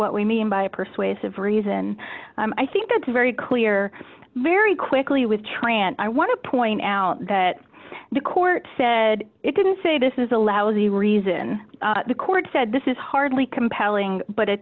what we mean by a persuasive reason i think that's very clear very quickly with trant i want to point out that the court said it didn't say this is a lousy reason the court said this is hardly compelling but a